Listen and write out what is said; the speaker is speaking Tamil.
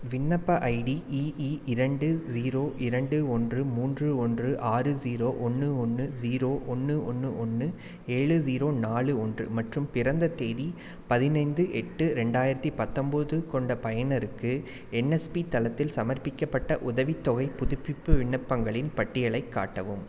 விண்ணப்ப ஐடி இஇ இரண்டு ஸீரோ இரண்டு ஒன்று மூன்று ஒன்று ஆறு ஸீரோ ஒன்று ஒன்று ஸீரோ ஒன்று ஒன்று ஒன்று ஏழு ஸீரோ நாலு ஒன்று மற்றும் பிறந்த தேதி பதினைந்து எட்டு ரெண்டாயிரத்தி பத்தொன்போது கொண்ட பயனருக்கு என்எஸ்பி தளத்தில் சமர்ப்பிக்கப்பட்ட உதவித்தொகைப் புதுப்பிப்பு விண்ணப்பங்களின் பட்டியலைக் காட்டவும்